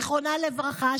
זיכרונה לברכה,